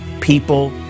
people